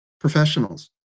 professionals